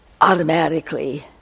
automatically